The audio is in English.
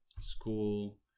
school